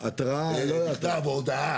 ויכול להיות שאין גנרטור לרשות,